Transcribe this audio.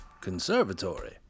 conservatory